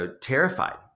terrified